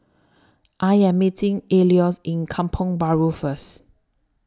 I Am meeting Alois in Kampong Bahru First